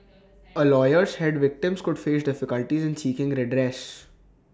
A lawyer said victims could face difficulties seeking redress